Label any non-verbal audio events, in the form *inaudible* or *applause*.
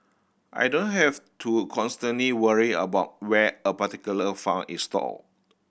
I don't have to constantly worry about where a particular *unintelligible* is stored